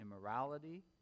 immorality